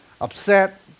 upset